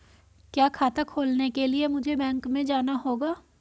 क्या खाता खोलने के लिए मुझे बैंक में जाना होगा?